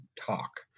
talk